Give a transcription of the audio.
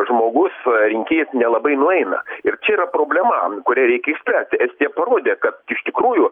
žmogus rinkėjas nelabai nueina ir čia yra problema kurią reikia išspręsti estija parodė kad iš tikrųjų